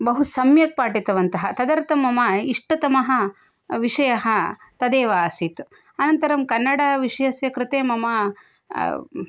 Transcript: बहुसम्यक् पाठितवन्तः तदर्थं मम इष्टतमः विषयः तदेव आसीत् अनन्तरं कन्नडविषयस्य कृते मम